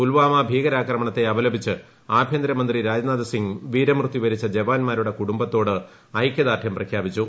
പുൽവാമ ഭീകരാക്രമണത്തെ അപലപ്പിച്ച് ആഭൃന്തരമന്ത്രി രാജ് നാഥ് സിംഗ് വീരമൃത്യു വരിച്ച ജഡ്ന്മാരുടെ കുടുംബത്തോട് ഐക്യദാർഢ്യം പ്രഖ്യാപിച്ചു